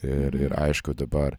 ir ir aišku dabar